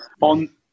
On